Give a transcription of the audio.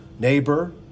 neighbor